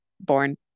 born